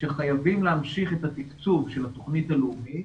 שחייבים להמשיך את התקצוב של התוכנית הלאומית,